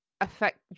affect